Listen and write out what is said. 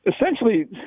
Essentially